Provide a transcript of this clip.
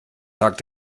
sagt